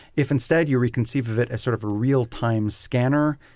if instead, you reconceive of it as sort of a real-time scanner,